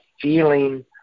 feeling